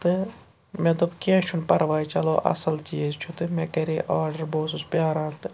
تہٕ مےٚ دوٚپ کینٛہہ چھُنہٕ پَرواے چلو اَصٕل چیٖز چھُ تہٕ مےٚ کَرے آرڈَر بہٕ اوسُس پیٛاران تہٕ